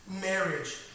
marriage